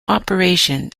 operation